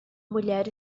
mulher